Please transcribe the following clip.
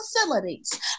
facilities